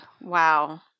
Wow